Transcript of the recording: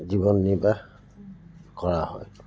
জীৱন নিৰ্বাহ কৰা হয়